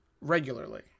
regularly